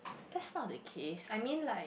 just not the case I mean like